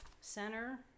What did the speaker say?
Center